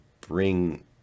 bring